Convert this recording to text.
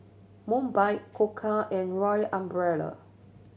Mobike Koka and Royal Umbrella